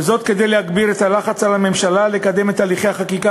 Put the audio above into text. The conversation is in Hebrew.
וזאת כדי להגביר את הלחץ על הממשלה לקדם את הליכי החקיקה